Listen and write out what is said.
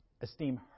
esteem